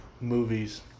movies